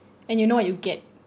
and you know what you get